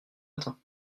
matins